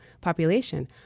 population